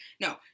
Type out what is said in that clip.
No